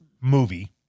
movie